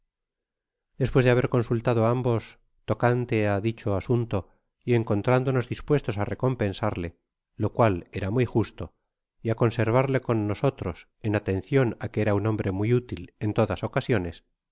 despues de haber consultado ambos tocante á dicho asunto y encontrándonos dispuestos á recompensarle lo cual era muy justo y á conservarle con nosotros en atencion á qtie era un hombre muy útil en todas ocasiones